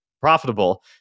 profitable